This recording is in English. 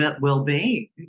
well-being